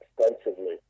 extensively